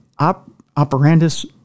operandus